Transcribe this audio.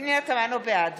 בעד